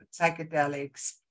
psychedelics